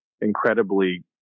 incredibly